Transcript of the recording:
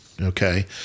Okay